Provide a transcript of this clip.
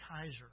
Kaiser